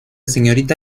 señorita